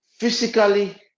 Physically